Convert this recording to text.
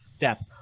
depth